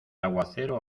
aguacero